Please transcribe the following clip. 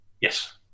Yes